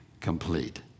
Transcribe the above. complete